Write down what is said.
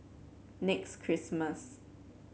Next Christmas